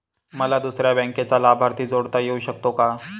मला दुसऱ्या बँकेचा लाभार्थी जोडता येऊ शकतो का?